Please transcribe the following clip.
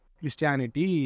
Christianity